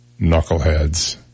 knuckleheads